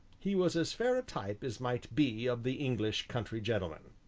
he was as fair a type as might be of the english country gentleman.